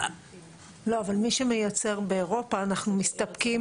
לא, אבל מי שמייצר באירופה אנחנו מסתפקים